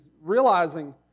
realizing